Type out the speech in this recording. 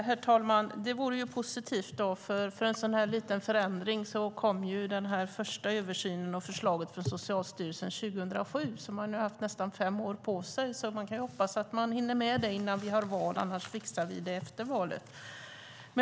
Herr talman! Det vore positivt. Den första översynen och förslaget på en sådan här liten förändring från Socialstyrelsen kom ju 2007. Man har haft nästan fem år på sig. Vi kan hoppas att man hinner med detta före valet, annars fixar vi det efter valet.